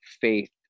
faith